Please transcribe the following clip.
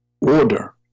Order